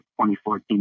2014